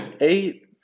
eight